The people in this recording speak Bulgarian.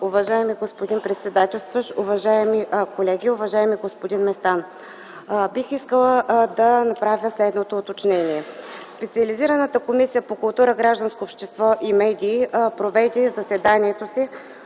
Уважаеми господин председателстващ, уважаеми колеги, уважаеми господин Местан! Бих искала да направя следното уточнение. Специализираната комисия по култура, гражданско общество и медии проведе заседанието си